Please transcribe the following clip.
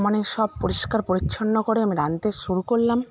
মানে সব পরিষ্কার পরিচ্ছন্ন করে আমি রাঁধতে শুরু করলাম